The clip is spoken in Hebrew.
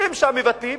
אם שם מבטלים,